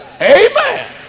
Amen